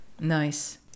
Nice